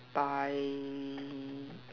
by